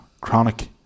chronic